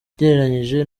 ugereranyije